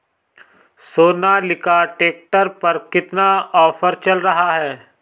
Sonalika tractor पर कितना offer चल रहा है?